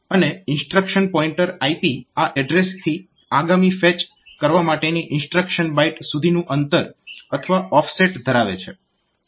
અને instruction pointer IP આ એડ્રેસથી આગામી ફેચ કરવા માટેની ઇન્સ્ટ્રક્શન બાઈટ સુધીનું અંતર અથવા ઓફસેટ ધરાવે છે